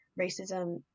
racism